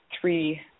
three